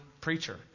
preacher